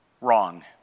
wrong